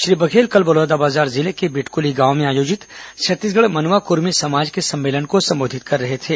श्री बघेल कल बलौदाबाजार जिले के बिटकुली गांव में आयोजित छत्तीसगढ़ मनवा कुर्मी समाज के सम्मेलन को संबोधित कर रहे थे